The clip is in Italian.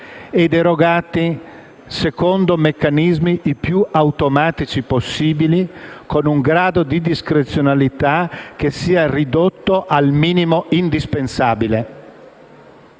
ed erogati secondo meccanismi i più automatici possibili, con un grado di discrezionalità ridotto al minimo indispensabile.